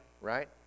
right